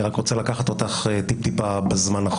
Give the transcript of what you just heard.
אני רק רוצה לקחת אותך קצת אחורה בזמן.